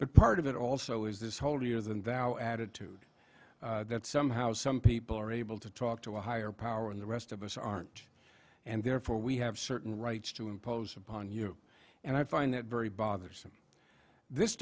but part of it also is this holier than thou attitude that somehow some people are able to talk to a higher power and the rest of us aren't and therefore we have certain rights to impose upon you and i find that very bothersome this